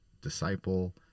disciple